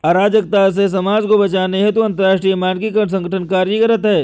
अराजकता से समाज को बचाने हेतु अंतरराष्ट्रीय मानकीकरण संगठन कार्यरत है